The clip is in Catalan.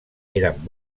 eren